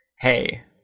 hey